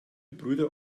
brüder